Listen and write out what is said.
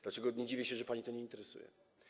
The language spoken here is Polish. Dlatego nie dziwię się, że pani to nie interesuje.